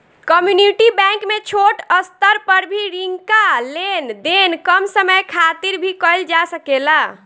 community bank में छोट स्तर पर भी रिंका लेन देन कम समय खातिर भी कईल जा सकेला